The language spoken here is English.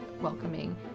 welcoming